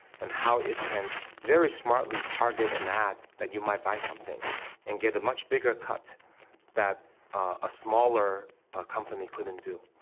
and how it can very smartly target an ad that you might buy something and get a much bigger cut that a smaller ah company couldn't do.